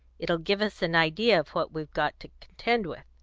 it'll give us an idea of what we've got to contend with.